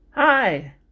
Hi